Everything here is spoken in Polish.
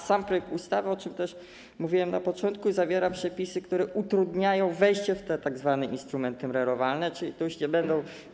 Sam projekt ustawy, o czym też mówiłem na początku, zawiera przepisy, które utrudniają wejście w te tzw. instrumenty MREL-owalne, czyli już nie będą.